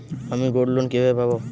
আমি গোল্ডলোন কিভাবে পাব?